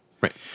Right